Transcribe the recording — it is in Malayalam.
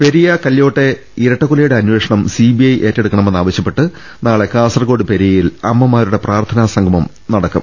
പെരിയ കല്ല്യോട്ടെ ഇരട്ടക്കൊലയുടെ അന്വേഷണം സിബിഐ ഏറ്റെടുക്കണമെന്നാവശ്യപ്പെട്ട് നാളെ കാസർകോട് പെരിയയിൽ അമ്മ മാരുടെ പ്രാർത്ഥനാ സംഗമം നടക്കും